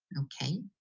okay?